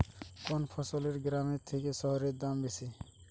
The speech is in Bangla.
কোন ফসলের গ্রামের থেকে শহরে দাম বেশি?